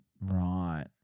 Right